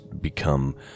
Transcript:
become